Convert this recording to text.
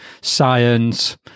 science